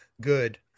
Good